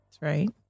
right